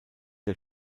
der